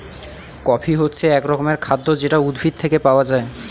coffee হচ্ছে এক রকমের খাদ্য যেটা উদ্ভিদ থেকে পাওয়া যায়